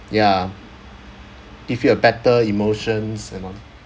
ya give you a better emotions and all